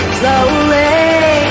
slowly